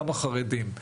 כמה חרדים.